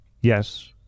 yes